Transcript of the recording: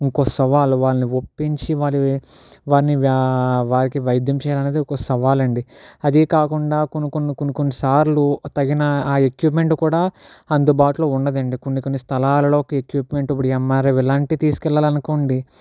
ఇంకో సవాలు వాళ్ళని ఒప్పించి వాళ్ళని వాళ్ళని వారికి వైద్యం చేయాలనేది ఒక సవాలండీ అదీ కాకుండా కొన్ని కొన్ని కొన్ని కొన్ని సార్లు తగిన ఆ ఎక్విప్మెంట్ కూడా అందుబాటులో ఉండదండి కొన్ని కొన్ని స్థలాలల్లో ఎక్విప్మెంట్ ఎంఆర్ఐ ఇప్పుడు ఇలాంటివి తీసుకెళ్ళాలనుకోండి